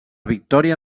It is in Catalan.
victòria